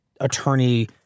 attorney